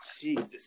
Jesus